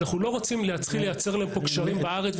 אנחנו לא רוצים להתחיל לייצר להם פה קשרים בארץ,